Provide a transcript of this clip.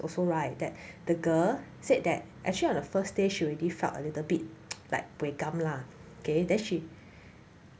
also right that the girl said that actually on the first day should already felt a little bit like buay gam lah okay then she